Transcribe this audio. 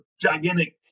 gigantic